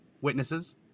witnesses